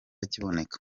kiboneka